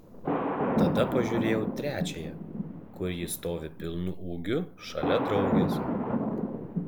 tada pažiūrėjau trečiąją kur ji stovi pilnu ūgiu šalia draugės